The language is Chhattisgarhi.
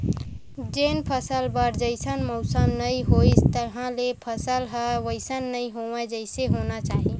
जेन फसल बर जइसन मउसम नइ होइस तहाँले फसल ह वइसन नइ होवय जइसे होना चाही